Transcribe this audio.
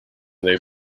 they